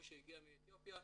ההוא שהגיע מאתיופיה,